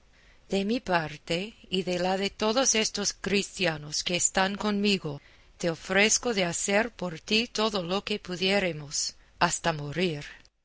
de mi parte y de la de todos estos cristianos que están conmigo te ofrezco de hacer por ti todo lo que pudiéremos hasta morir